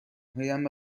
هایم